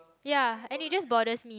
ya and it just borders me